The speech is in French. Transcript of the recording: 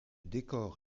décor